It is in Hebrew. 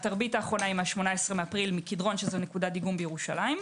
התרבית האחרונה היא מ-18 באפריל מקדרון שזו נקודת דיגום בירושלים.